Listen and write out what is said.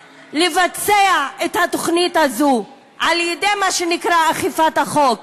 לבצע את התוכנית הזאת על-ידי מה שנקרא אכיפת החוק.